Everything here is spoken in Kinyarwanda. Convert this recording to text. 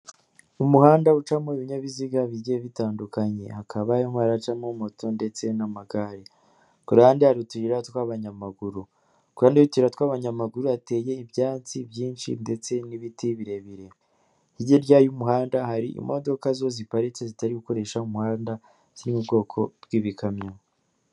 Mu muhanda ucamo ibinyabiziga bigijye bitandukanye, hakaba harimo haracamo moto ndetse n'amagare. Kuruhande hari ututira tw'abanyamaguru. Kuruhande rw'utuyira tw'abanyamaguru, hateye ibyatsi byinshi, ndetse n'ibiti birebire. hirya y'umuhanda hari imodoka zo ziparitse zitari gukoresha umuhanda, ziri mu bwoko bw'ibikamyo.